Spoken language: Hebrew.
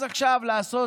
אז עכשיו לעשות,